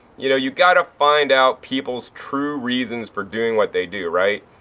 you know. you got to find out people's true reasons for doing what they do, right.